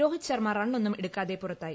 രോഹിത് ശർമ്മ റണ്ണൊന്നും എടുക്കാതെ പുറത്തായി